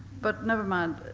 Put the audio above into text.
but nevermind,